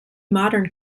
modern